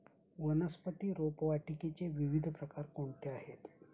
वनस्पती रोपवाटिकेचे विविध प्रकार कोणते आहेत?